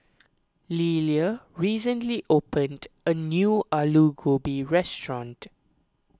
Lelia recently opened a new Alu Gobi restaurant